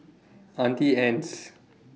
Auntie Anne's